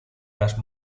las